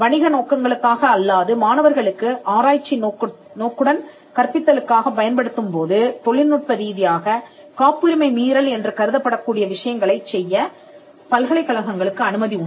வணிக நோக்கங்களுக்காக அல்லாது மாணவர்களுக்கு ஆராய்ச்சி நோக்குடன் கற்பித்தலுக்காகப் பயன்படுத்தும்போது தொழில்நுட்ப ரீதியாக காப்புரிமை மீறல் என்று கருதப்படக் கூடிய விஷயங்களைச் செய்யப் பல்கலைக்கழகங்களுக்கு அனுமதி உண்டு